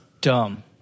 dumb